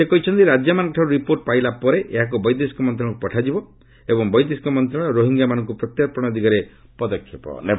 ସେ କହିଛନ୍ତି ରାଜ୍ୟମାନଙ୍କଠାର୍ଚ ରିପୋର୍ଟ ପାଇଲା ପରେ ଏହାକୁ ବୈଦେଶିକ ମନ୍ତ୍ରଣାଳୟକ୍ର ପଠାଯିବ ଏବଂ ବୈଦେଶିକ ମନ୍ତ୍ରଣାଳୟ ରୋହିଙ୍ଗ୍ୟାମାନଙ୍କ ପ୍ରତ୍ୟାର୍ପଣ ଦିଗରେ ପଦକ୍ଷେପ ନେବ